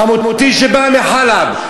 חמותי שבאה מחאלב,